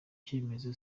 cyemezo